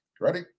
Ready